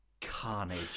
carnage